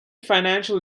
financial